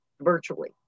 virtually